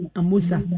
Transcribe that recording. Amusa